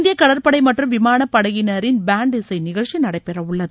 இந்திய கடற்படை மற்றும் விமான படையினரின் பேன்ட் இசை நிகழ்ச்சி நடைபெறவுள்ளது